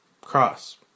Cross